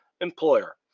employer